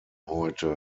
heute